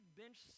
bench